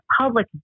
public